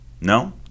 No